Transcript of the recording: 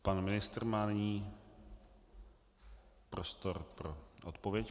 Pan ministr má nyní prostor pro odpověď.